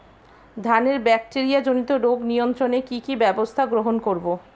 ধানের ব্যাকটেরিয়া জনিত রোগ নিয়ন্ত্রণে কি কি ব্যবস্থা গ্রহণ করব?